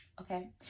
Okay